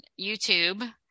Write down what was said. YouTube